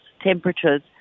temperatures